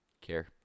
Care